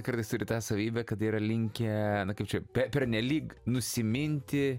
kartais turi tą savybę kad jie yra linkę na kaip čia pe pernelyg nusiminti